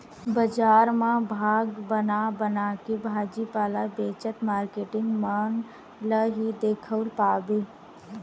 बजार म भाग बना बनाके भाजी पाला बेचत मारकेटिंग मन ल ही दिखउल पाबे